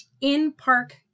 in-park